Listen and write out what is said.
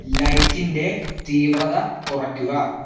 ലൈറ്റിൻ്റെ തീവ്രത കുറയ്ക്കുക